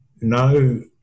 no